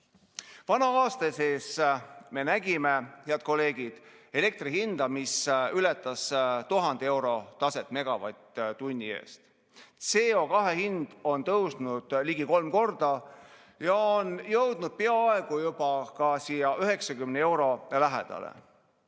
Vana aasta sees me nägime, head kolleegid, elektri hinda, mis ületas 1000 euro taset megavatt-tunni eest. CO2hind on tõusnud ligi kolm korda ja jõudnud peaaegu juba 90 euro lähedale.